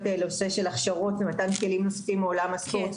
לנושא של הכשרות למתן כלים נוספים מעולם הספורט,